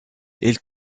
elle